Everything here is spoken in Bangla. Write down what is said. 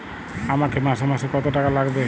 আমাকে মাসে মাসে কত টাকা লাগবে?